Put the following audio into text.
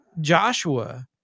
Joshua